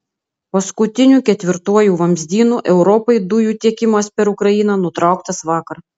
paskutiniu ketvirtuoju vamzdynu europai dujų tiekimas per ukrainą nutrauktas vakar